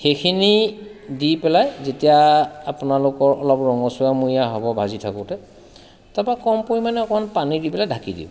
সেইখিনি দি পেলাই যেতিয়া আপোনালোকৰ অলপ ৰঙচুৱা মূৰিয়া হ'ব ভাজি থাকোঁতে তাৰপৰা কম পৰিমাণে অকমান পানী দি পেলাই ঢাকি দিব